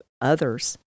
others